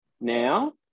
now